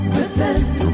repent